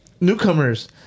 newcomers